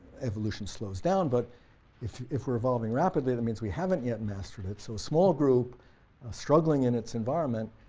evolution slows down, but if if we're evolving rapidly that means we haven't yet mastered it. so a small group struggling in its environment,